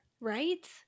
Right